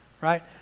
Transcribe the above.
Right